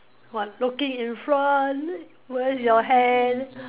what looking in front with your hand